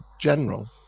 General